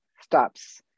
stops